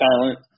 silent